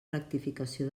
rectificació